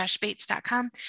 Bates.com